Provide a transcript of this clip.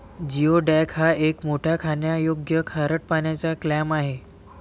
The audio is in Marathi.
जिओडॅक हा एक मोठा खाण्यायोग्य खारट पाण्याचा क्लॅम आहे